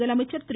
முதலமைச்சர் திரு